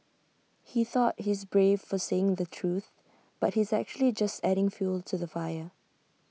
he thought he's brave for saying the truth but he's actually just adding fuel to the fire